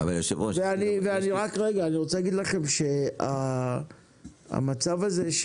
כן ואני רוצה להגיד לכם שהמצב הזה,